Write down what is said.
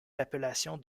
l’appellation